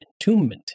entombment